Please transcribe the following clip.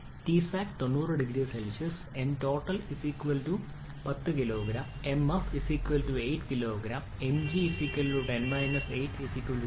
Tsat 90 0C mtotal 10 kg mf 8 kg mg 10 - 8 2 kg x 210 0